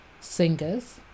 Singers